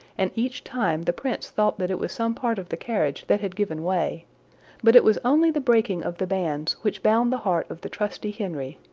and each time the prince thought that it was some part of the carriage that had given way but it was only the breaking of the bands which bound the heart of the trusty henry,